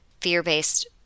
fear-based